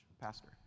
Pastor